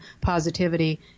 positivity